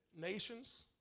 Nations